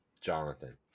Jonathan